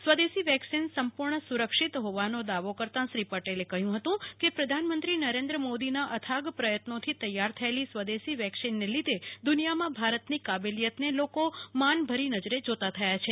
સ્વદેશી વેક્સિન સંપૂર્ણ સુરક્ષિત હોવાનો દાવો કરતાં શ્રી પટેલે કહ્યું હતું કે પ્રધાનમંત્રી નરેન્દ્ર મોદીના અથાગ પ્રયત્નોથી તૈયાર થયેલી સ્વદેશી વેક્સિન ને લીધે દુનિયામાં ભારતની કાબેલિયત ને લોકો માન ભરી નજરે જોતાં થયા છે